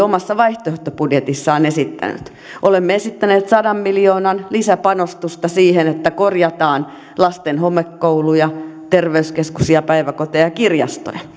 omassa vaihtoehtobudjetissaan esittänyt olemme esittäneet sadan miljoonan lisäpanostusta siihen että korjataan lasten homekouluja terveyskeskuksia päiväkoteja ja kirjastoja